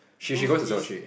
those easy